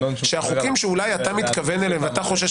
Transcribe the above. החוקים שאולי אתה מתכוון אליהם ואתה חושש